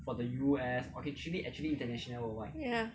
ya